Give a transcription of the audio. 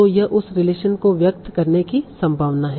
तो यह उस रिलेशन को व्यक्त करने की संभावना है